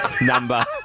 number